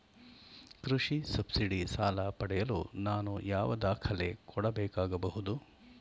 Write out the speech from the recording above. ಕೃಷಿ ಸಬ್ಸಿಡಿ ಸಾಲ ಪಡೆಯಲು ನಾನು ಯಾವ ದಾಖಲೆ ಕೊಡಬೇಕಾಗಬಹುದು?